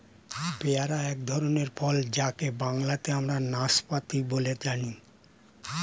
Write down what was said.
pair এক ধরনের ফল যাকে বাংলাতে আমরা নাসপাতি বলে জানি